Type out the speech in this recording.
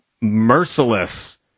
merciless